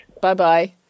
Bye-bye